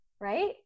Right